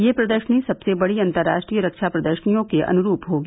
यह प्रदर्शनी सबसे बड़ी अंतर्राष्ट्रीय रक्षा प्रदर्शनियों के अनुरूप होगी